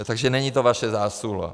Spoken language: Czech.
Takže není to vaše zásluha.